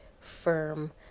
firm